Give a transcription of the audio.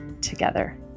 together